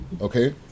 okay